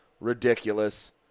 ridiculous